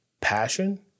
passion